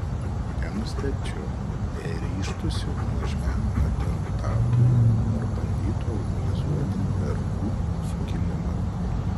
nenustebčiau jei ryžtųsi nuožmiam atentatui ar bandytų organizuoti vergų sukilimą